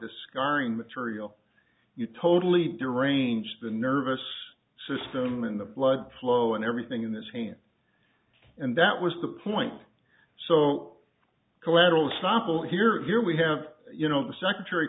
the scarring material you totally doraine just the nervous system in the blood flow and everything in this hand and that was the point so collateral estoppel here here we have you know the secretary